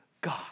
God